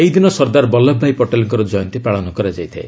ଏହି ଦିନ ସର୍ଦ୍ଦାର୍ ବଲ୍ଲଭଭାଇ ପଟେଲ୍ଙ୍କର ଜୟନ୍ତୀ ପାଳନ କରାଯାଇଥାଏ